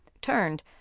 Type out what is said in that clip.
turned